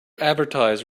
advertise